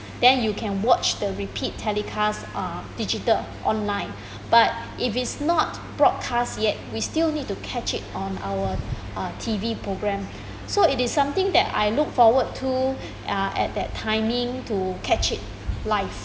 then you can watch the repeat telecast uh digital online but if it's not broadcast yet we still need to catch it on our uh T_V program so it is something that I look forward to uh at that timing to catch it live